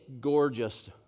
gorgeous